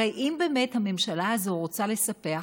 הרי אם באמת הממשלה הזאת רוצה לספח,